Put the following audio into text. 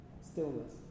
stillness